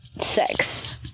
sex